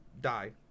die